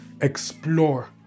explore